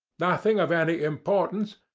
nothing of any importance.